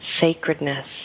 sacredness